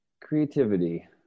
creativity